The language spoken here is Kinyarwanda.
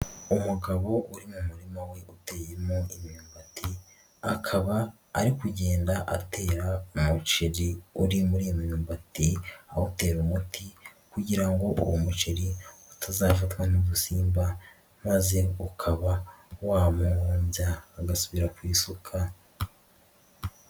Umugabo uri mu murima we uteyemo imyumbati, akaba ari kugenda atera umuceri uri muri iyi myumbati awutera umuti kugira ngo uwo muceri atazafatwa n'udusimba maze ukaba wamuhombya agasubira ku isuka.